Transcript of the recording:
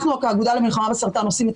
אנחנו כאגודה למלחמה בסרטן עושים את